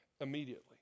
immediately